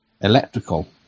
electrical